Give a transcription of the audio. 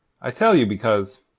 i tell you because.